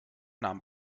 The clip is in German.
nahm